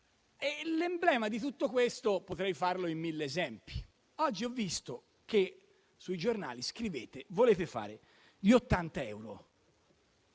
L'emblema di tutto questo potrei farlo con mille esempi. Oggi ho visto che sui giornali scrivete che volete fare gli 80 euro,